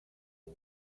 and